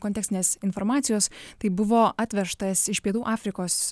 kontekstinės informacijos tai buvo atvežtas iš pietų afrikos